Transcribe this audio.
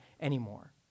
anymore